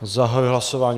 Zahajuji hlasování.